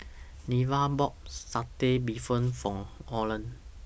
Neva bought Satay Bee Hoon For Olen